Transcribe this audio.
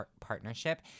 partnership